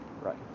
right